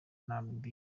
namibia